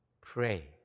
pray